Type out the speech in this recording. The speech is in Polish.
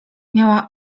miała